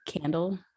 candle